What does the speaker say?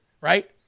Right